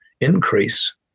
increase